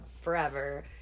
forever